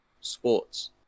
sports